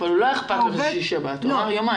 הוא דיבר על יומיים.